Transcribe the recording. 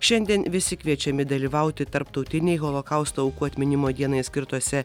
šiandien visi kviečiami dalyvauti tarptautinėj holokausto aukų atminimo dienai skirtuose